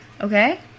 okay